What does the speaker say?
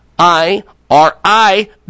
I-R-I